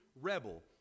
rebel